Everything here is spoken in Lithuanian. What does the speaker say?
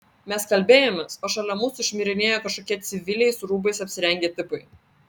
mes kalbėjomės o šalia mūsų šmirinėjo kažkokie civiliais rūbais apsirengę tipai